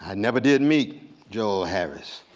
and never did meet joel harris.